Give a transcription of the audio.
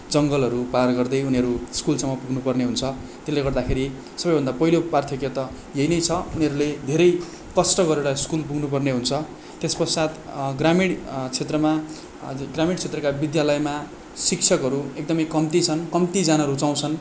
जङ्गलहरू पार गर्दै उनीहरू स्कुलसम्म पुग्नु पर्ने हुन्छ त्यसले गर्दाखेरि सबैभन्दा पहिलो पार्थक्य त यही नै छ उनीहरूले धेरै कष्ट गरेर स्कुल पुग्नु पर्ने हुन्छ त्यस पश्चात ग्रामीण क्षेत्रमा ग्रामीण क्षेत्रका विद्यालयमा शिक्षकहरू एकदमै कम्ती छन् कम्ती जान रुचाउँछन्